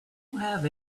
have